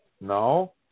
No